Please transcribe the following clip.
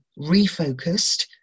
refocused